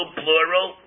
plural